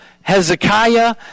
Hezekiah